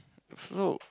flew